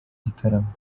gitaramo